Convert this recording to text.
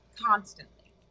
constantly